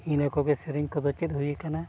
ᱤᱱᱟᱹ ᱠᱚᱜᱮ ᱥᱮᱨᱮᱧ ᱠᱚᱫᱚ ᱪᱮᱫ ᱦᱩᱭ ᱠᱟᱱᱟ